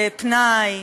פנאי,